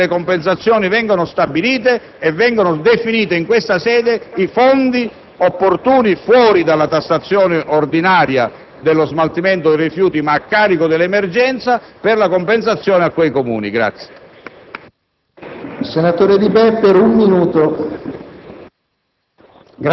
il nostro voto sull’emendamento in esame e contrario, perche´ vogliamo che le compensazioni vengano stabilite e vengano definiti in questa sede i fondi opportuni, fuori della tassazione ordinaria sullo smaltimento dei rifiuti, ma a carico dell’emergenza, per le compensazioni a tali Comuni.